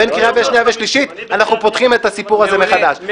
בין קריאה שנייה ושלישית אנחנו פותחים את הסיפור הזה מחדש.